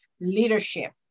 leadership